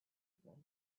evolve